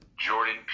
Jordan